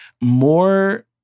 more